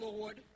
Lord